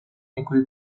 نیکویی